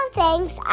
thanks